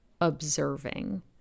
observing